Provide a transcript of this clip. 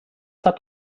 hat